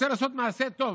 רוצה לעשות מעשה טוב.